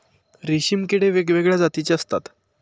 रेशीम किडे वेगवेगळ्या जातीचे असतात